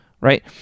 right